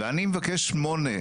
ואני מבקש 8,